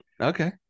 Okay